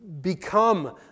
become